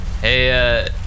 Hey